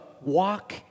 walk